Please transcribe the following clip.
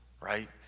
right